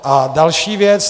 A další věc.